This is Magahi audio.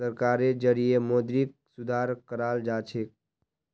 सरकारेर जरिएं मौद्रिक सुधार कराल जाछेक